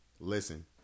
listen